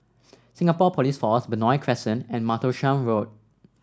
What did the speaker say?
Singapore Police Force Benoi Crescent and Martlesham Road